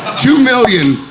two million,